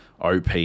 op